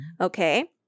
Okay